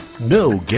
no